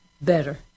better